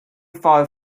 far